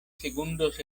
segundos